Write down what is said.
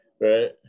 right